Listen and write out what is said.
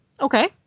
okay